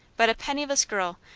but a penniless girl,